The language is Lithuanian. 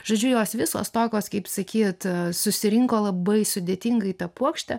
žodžiu jos visos tokios kaip sakyt susirinko labai sudėtingai ta puokštė